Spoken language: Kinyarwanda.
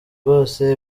rwose